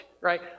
right